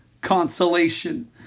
consolation